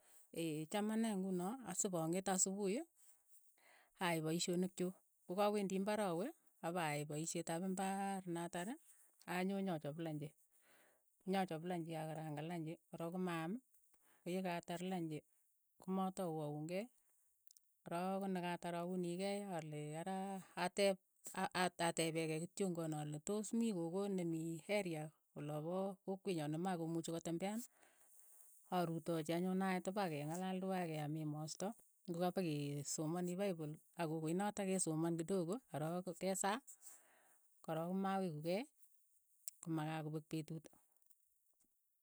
cham ane nguno asipong'ete asupuhi, ai paishonik chuuk, ko kawendii imbar, awe apa a'ai paisheet ap imbaar, na tar, anyo nya chap lanchi akarang'an lanchi, korook komaam. koi yekaatar lanchi, komatau aunkei. korook ko nekaatar auni kei, ale ara atep a- a- atepekei kityo kole tos mii gogo ne mii heria ola pa kokwet nyoo ne ma komuchi kotembean, aruutochi anyun nait pakeng'alal tuai ke aam emoosto, ngo kapakeesomani paipol ak kokoit notok kesoman kidogo, ko rook ke saa, ko rook komaweku kei, ko makakopek petut.